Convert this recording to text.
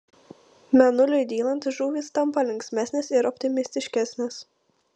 mėnuliui dylant žuvys tampa linksmesnės ir optimistiškesnės